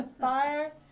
Fire